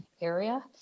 area